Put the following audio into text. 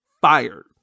fired